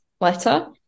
letter